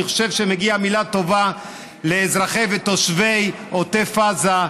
אני חושבת שמגיעה מילה טובה לאזרחי ותושבי עוטף עזה,